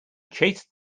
chased